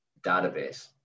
database